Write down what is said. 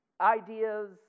Ideas